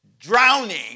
Drowning